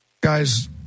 Guys